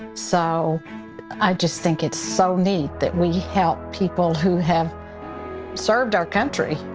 so i just think it's so neat that we help people who have served our country.